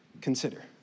Consider